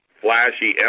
flashy